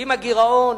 הגירעון